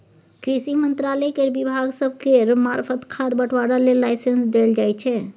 कृषि मंत्रालय केर विभाग सब केर मार्फत खाद बंटवारा लेल लाइसेंस देल जाइ छै